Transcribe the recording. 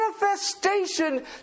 manifestation